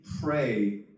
pray